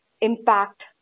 impact